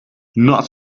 not